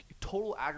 total